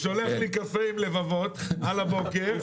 הוא שולח לי קפה עם לבבות על הבוקר,